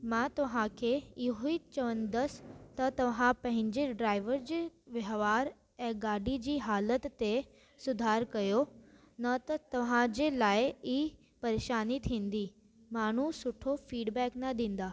मां तव्हां खे इयो ई चवंदसि त तव्हां पंहिंजे ड्राइवर जे वहिंवारु ऐं गाॾी जी हालति ते सुधार कयो न त तव्हां जे लाइ ई परेशानी थींदी माण्हू सुठो फीडबैक न ॾींदा